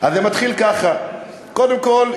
אז זה מתחיל ככה: קודם כול,